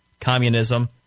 communism